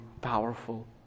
powerful